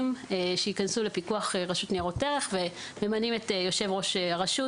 שייכנסו לפיקוח רשות ניירות ערך וממנים את יושב ראש הרשות